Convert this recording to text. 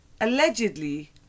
Allegedly